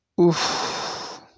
Oof